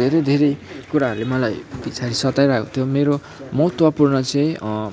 धेरै धेरै कुराहरूले मलाई पछाडि सताइरहेको थियो मेरो महत्त्वपुर्ण चाहिँ